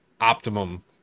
optimum